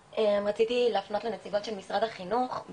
רציתי להפנות שאלה לנציגות משרד החינוך.